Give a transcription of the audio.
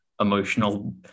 emotional